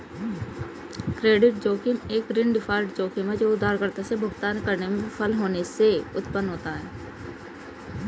credit जोखिम एक ऋण डिफ़ॉल्ट जोखिम है जो उधारकर्ता से भुगतान करने में विफल होने से उत्पन्न होता है